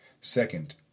Second